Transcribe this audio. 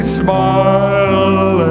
smile